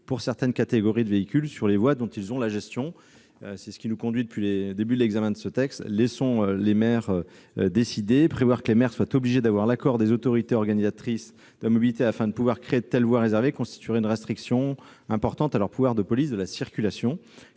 pour certaines catégories de véhicules sur les voies dont ils ont la gestion. C'est le principe qui nous guide depuis le début de l'examen de ce texte : laissons les maires décider. Prévoir que les maires sont obligés d'avoir l'accord des autorités organisatrices de la mobilité avant de pouvoir créer de telles voies réservées constituerait une restriction importante à leur pouvoir de police de la circulation,